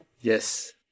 Yes